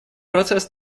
процесс